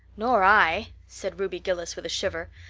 nor i, said ruby gillis, with a shiver.